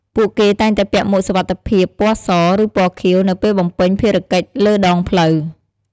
ពួកគេតែងតែពាក់មួកសុវត្ថិភាពពណ៌ស ឬពណ៌ខៀវ នៅពេលបំពេញភារកិច្ចលើដងផ្លូវ។